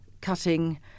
cutting